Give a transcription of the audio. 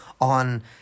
on